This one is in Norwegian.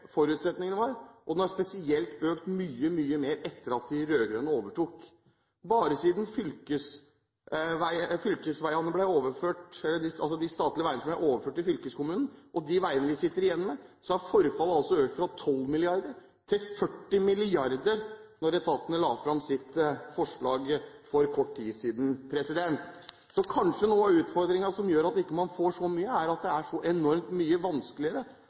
forutsetningene var – og spesielt mye mer etter at de rød-grønne overtok. Bare siden de statlige veiene ble overført til fylkeskommunen, og med de øvrige veiene vi sitter igjen med, har forfallet altså økt fra 12 mrd. kr til 40 mrd. kr – ifølge etatene, da de la fram sitt forslag for kort tid siden. Så kanskje noe av utfordringen, og som gjør at man ikke får gjort så mye, er at det er så enormt mye vanskeligere